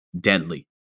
deadly